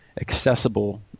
accessible